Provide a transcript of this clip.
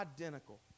identical